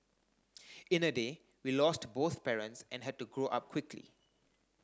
in a day we lost both parents and had to grow up quickly